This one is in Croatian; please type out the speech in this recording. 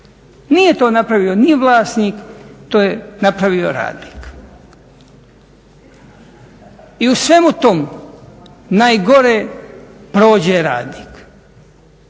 Nije to napravio ni vlasnik, to je napravio radnik. I u svemu tom najgore prođe radnik.